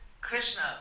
Krishna